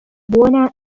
buona